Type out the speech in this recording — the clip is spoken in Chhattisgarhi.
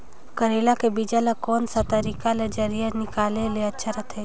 करेला के बीजा ला कोन सा तरीका ले जरिया निकाले ले अच्छा रथे?